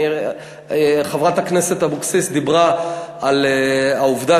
חברת הכנסת אבקסיס דיברה על העובדה